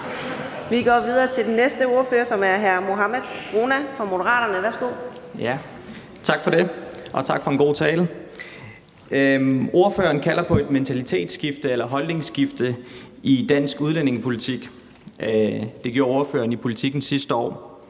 Vi går videre til den næste spørger, som er hr. Mohammad Rona fra Moderaterne. Værsgo. Kl. 15:03 Mohammad Rona (M): Tak for det, og tak for en god tale. Ordføreren kalder på et mentalitets- eller holdningsskifte i dansk udlændingepolitik. Det gjorde ordføreren i Politiken sidste år.